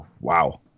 wow